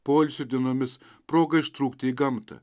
poilsio dienomis proga ištrūkti į gamtą